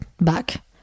back